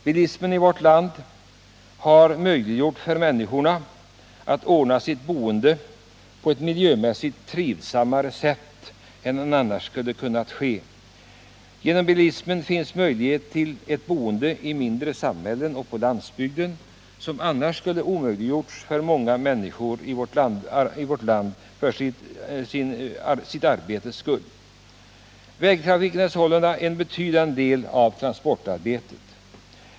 Bilismen i vårt land har gjort det möjligt för människorna att ordna sitt boende på ett miljömässigt trivsammare sätt än vad som annars skulle ha kunnat ske. Bilismen ger möjlighet till boende i mindre samhällen och på landsbygden, ett boende som många människor för sitt arbetes skull annars inte skulle ha haft möjlighet till. Vägtrafiken är sålunda en betydande del av transportarbetet.